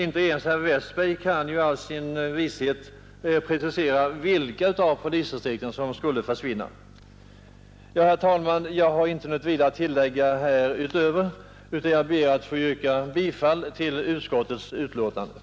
Inte ens herr Westberg kan i all sin vishet precisera vilka polisdistrikt som skulle försvinna. Herr talman! Jag har härutöver inte något vidare att tillägga utan ber att få yrka bifall till utskottets hemställan.